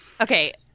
Okay